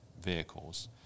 vehicles